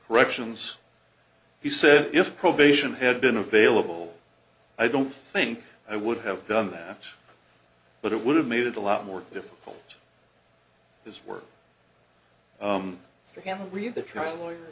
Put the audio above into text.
corrections he said if probation had been available i don't think i would have done that but it would have made it a lot more difficult his work again read the trial lawyer